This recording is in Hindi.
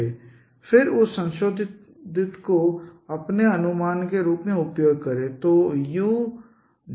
फिर उस संशोधित को अपने अनुमान के रूप में उपयोग करें